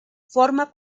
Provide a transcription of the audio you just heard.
forma